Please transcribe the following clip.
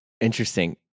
Interesting